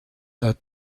der